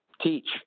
teach